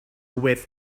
wait